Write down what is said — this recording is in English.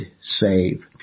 save